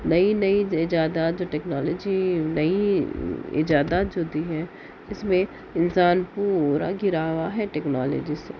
نئی نئی ایجادات جو ٹیکنالوجی نئی ایجادات جو دی ہے اس میں انسان پورا گھرا ہوا ہے ٹیکنالوجی سے